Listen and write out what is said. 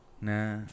Nah